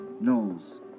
Knowles